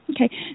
Okay